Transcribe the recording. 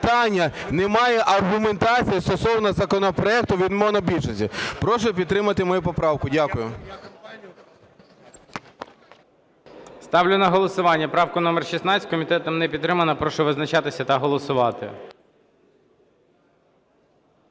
немає аргументації стосовно законопроекту від монобільшості. Прошу підтримати мою поправку. Дякую. ГОЛОВУЮЧИЙ. Ставлю на голосування правку номер 16. Комітетом не підтримана. Прошу визначатися та голосувати.